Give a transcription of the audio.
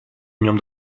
нем